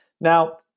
Now